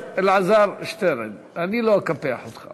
חבר הכנסת אלעזר שטרן, אני לא אקפח אותך.